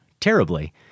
terribly